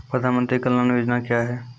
प्रधानमंत्री कल्याण योजना क्या हैं?